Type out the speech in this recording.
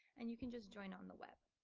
and you can just join on the web.